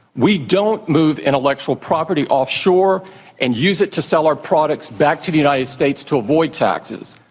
we don't move intellectual property offshore and use it to sell our products back to the united states to avoid taxes.